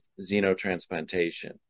xenotransplantation